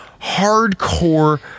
hardcore